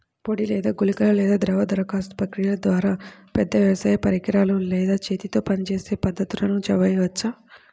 పొడి లేదా గుళికల లేదా ద్రవ దరఖాస్తు ప్రక్రియల ద్వారా, పెద్ద వ్యవసాయ పరికరాలు లేదా చేతితో పనిచేసే పద్ధతులను చేయవచ్చా?